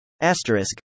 Asterisk